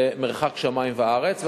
זה מרחק שמים וארץ,